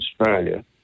australia